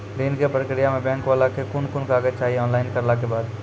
ऋण के प्रक्रिया मे बैंक वाला के कुन कुन कागज चाही, ऑनलाइन करला के बाद?